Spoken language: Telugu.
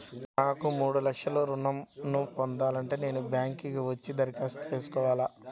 నాకు మూడు లక్షలు ఋణం ను పొందాలంటే నేను బ్యాంక్కి వచ్చి దరఖాస్తు చేసుకోవాలా?